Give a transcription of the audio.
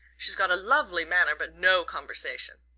she's got a lovely manner, but no conversation.